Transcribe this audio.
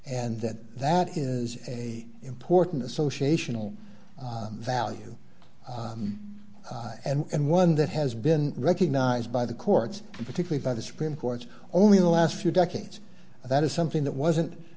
and that that is a important associational value and one that has been recognized by the courts particularly by the supreme court's only in the last few decades that is something that wasn't